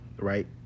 right